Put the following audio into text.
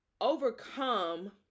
overcome